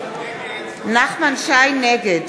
נגד